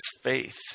faith